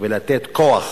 ולתת כוח